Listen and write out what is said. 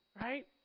right